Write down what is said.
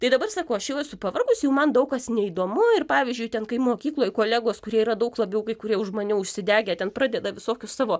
tai dabar sakau aš jau esu pavargus jau man daug kas neįdomu ir pavyzdžiui ten kai mokykloj kolegos kurie yra daug labiau kai kurie už mane užsidegę ten pradeda visokius savo